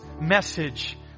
message